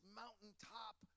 mountaintop